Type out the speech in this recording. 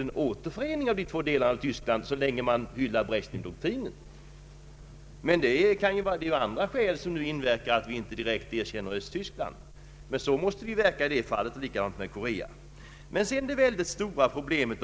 en återförening så länge Östtyskland hyllar Brezjnevdoktrinen. Men det kan givetvis finnas andra skäl till att vi inte nu erkänner Östtyskland. På samma sätt var det med Korea. Brezjnevdoktrinen för med sig det stora problemet.